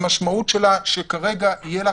המשמעות היא שכרגע יהיה לה